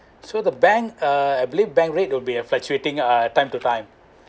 so the bank uh I believe bank rate would be a fluctuating uh time to time